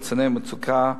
לחצני מצוקה,